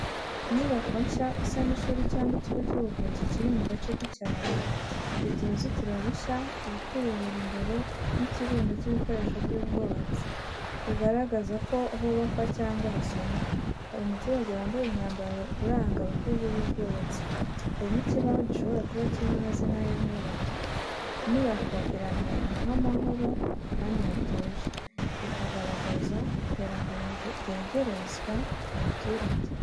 Inyubako nshya isa n’ishuri cyangwa ikigo cy’ubuvuzi kiri mu gace k’icyaro. Ifite uruzitiro rushya, ibiti bibiri imbere, n’ikirundo cy’ibikoresho by’ubwubatsi, bigaragaza ko hubakwa cyangwa hasanwa. Hari umuturage wambaye umwambaro uranga abakozi b’ubwubatsi. Hari n’ikibaho gishobora kuba kirimo amazina y’ahubatswe. Inyubako iri ahantu h’amahoro kandi hatuje, bikagaragaza iterambere ryegerezwa abaturage.